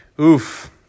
Oof